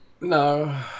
no